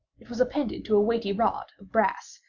it was appended to a weighty rod of brass,